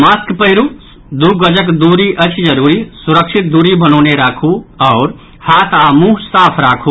mask पहिरू दू गजक दूरी अछि जरूरी सुरक्षित दूरी बनौने राखू आओर हाथ आ मुंह साफ राखु